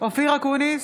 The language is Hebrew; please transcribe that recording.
אופיר אקוניס,